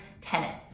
tenet